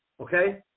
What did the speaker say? okay